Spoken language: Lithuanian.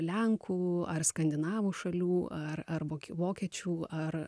lenkų ar skandinavų šalių ar arba vokiečių ar